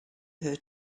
her